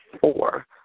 four